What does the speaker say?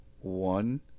one